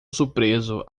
surpreso